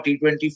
T20